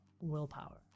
willpower